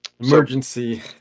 Emergency